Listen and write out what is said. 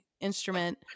instrument